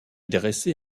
dressé